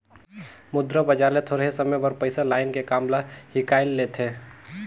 मुद्रा बजार ले थोरहें समे बर पइसा लाएन के काम ल हिंकाएल लेथें